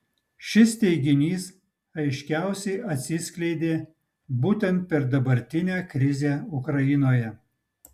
šis teiginys aiškiausiai atsiskleidė būtent per dabartinę krizę ukrainoje